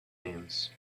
themes